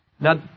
Now